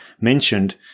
mentioned